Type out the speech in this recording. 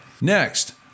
next